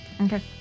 Okay